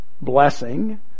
blessing